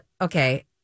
Okay